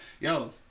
Yo